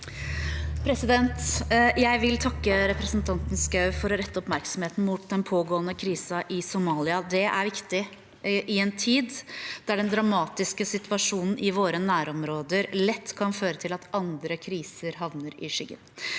Jeg vil takke representanten Schou for å ret- te oppmerksomheten mot den pågående krisen i Somalia. Det er viktig i en tid der den dramatiske situasjonen i våre nærområder lett kan føre til at andre kriser havner i skyggen.